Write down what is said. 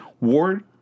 Ward